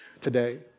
today